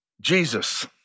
Jesus